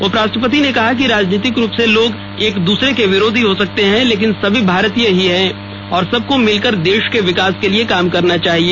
उपराष्ट्रपति ने कहा कि राजनीतिक रूप से लोग एक दूसरे के विरोधी हो सकते हैं लेकिन सभी भारतीय ही हैं और सबको मिलकर देश के विकास के लिए काम करना चाहिए